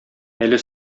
әле